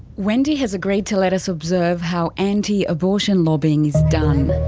wendy has agreed to let us observe how anti-abortion lobbying is done.